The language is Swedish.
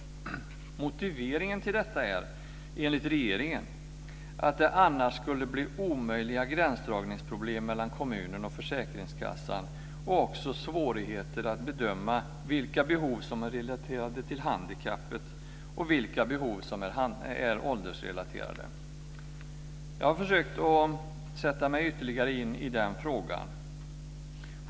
Regeringens motivering till detta är att det annars skulle bli omöjliga gränsdragningsproblem mellan kommunen och försäkringskassan och också svårigheter att bedöma vilka behov som är relaterade till handikappet och vilka behov som är åldersrelaterade. Jag har försökt att ytterligare sätta mig in i den frågan.